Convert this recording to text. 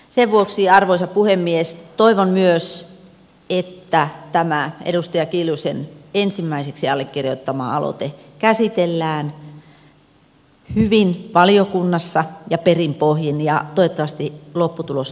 sen vuoksi arvoisa puhemies toivon myös että tämä edustaja kiljusen ensimmäisenä allekirjoittama aloite käsitellään hyvin valiokunnassa ja perin pohjin ja toivottavasti lopputulos on myös myönteinen